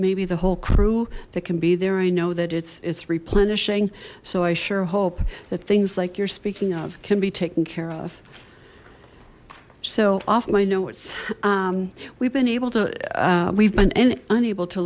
maybe the whole crew that can be there i know that it's it's replenishing so i sure hope that things like you're speaking of can be taken care of so off my notes we've been able to we've been unable to